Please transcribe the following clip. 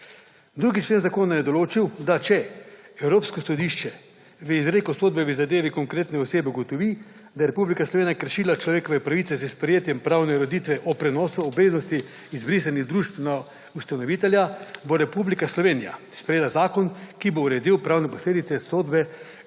Drugi člen zakona je določil, da bo, če Evropsko sodišče v izreku sodbe v zadevi konkretne osebe ugotovi, da je Republika Slovenija kršila človekove pravice s sprejetjem pravne ureditve o prenosu obveznosti izbrisanih družb na ustanovitelja, Republika Slovenija sprejela zakon, ki bo uredil pravne posledice sodbe